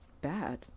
bad